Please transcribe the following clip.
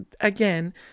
again